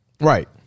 right